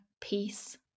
peace